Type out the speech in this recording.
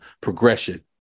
progression